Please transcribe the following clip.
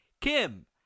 Kim